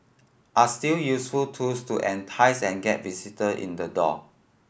are still useful tools to entice and get visitor in the door